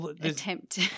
attempt